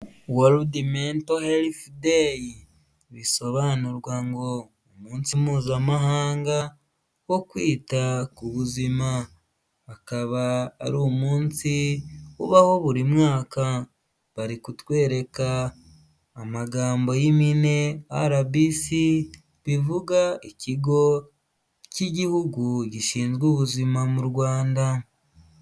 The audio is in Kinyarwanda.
World mental health day bisobanurwa ngo umunsi mpuzamahanga wo kwita ku buzima, bakaba ari umunsi ubaho buri mwaka. Bari kutwereka amagambo y'impine RBC bivuga ikigo cy'igihugu gishinzwe ubuzima mu Rwanda.